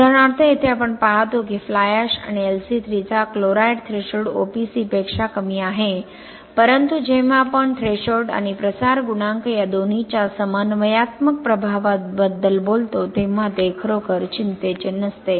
उदाहरणार्थ येथे आपण पाहतो की फ्लाय ऍश आणि LC3 चा क्लोराईड थ्रेशोल्ड OPC पेक्षा कमी आहे परंतु जेव्हा आपण थ्रेशोल्ड आणि प्रसार गुणांक या दोन्हीच्या समन्वयात्मक प्रभावाबद्दल बोलता तेव्हा ते खरोखर चिंतेचे नसते